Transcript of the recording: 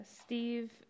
Steve